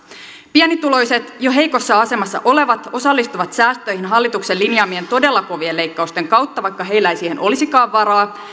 pienituloiset ja heikossa asemassa olevat osallistuvat säästöihin hallituksen linjaamien todella kovien leikkausten kautta vaikka heillä ei siihen olisikaan varaa